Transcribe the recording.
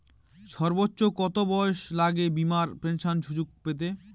সর্বোচ্চ কত বয়স লাগে বীমার পেনশন সুযোগ পেতে?